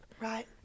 Right